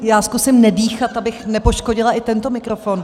Já zkusím nedýchat, abych nepoškodila i tento mikrofon.